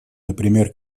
например